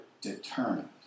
determined